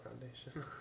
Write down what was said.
foundation